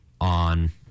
on